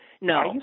no